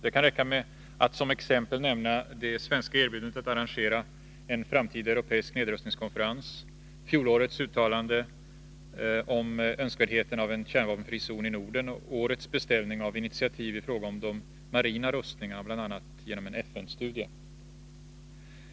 Det kan räcka med att som exempel nämna det svenska erbjudandet att arrangera en framtida europeisk nedrustningskonferens, fjolårets uttalande om önskvärdheten av en kärnvapenfri zon i Norden och årets beställning av initiativ i fråga om de marina rustningarna bl.a. genom en FN-studie.